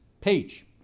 page